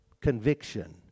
conviction